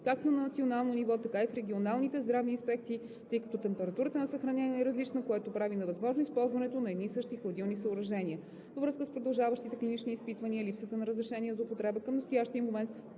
както на национално ниво, така и в регионалните здравни инспекции, тъй като температурата на съхранение е различна, което прави невъзможно използването на едни и същи хладилни съоръжения. Във връзка с продължаващите клинични изпитвания и липсата на разрешение за употреба, към настоящия момент